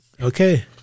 Okay